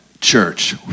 church